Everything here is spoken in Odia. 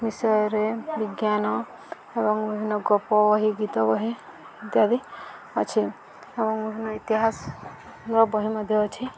ବିଷୟରେ ବିଜ୍ଞାନ ଏବଂ ବିଭିନ୍ନ ଗପ ବହି ଗୀତ ବହି ଇତ୍ୟାଦି ଅଛି ଏବଂ ଇତିହାସର ବହି ମଧ୍ୟ ଅଛି